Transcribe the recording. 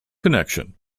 connection